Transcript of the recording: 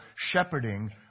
shepherding